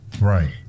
Right